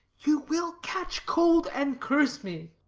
you will catch cold, and curse me.